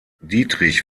dietrich